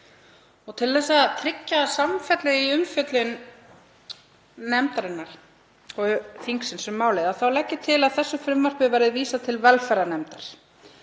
Til að tryggja samfellu í umfjöllun nefndarinnar og þingsins um málið legg ég til að þessu frumvarpi verði vísað til velferðarnefndar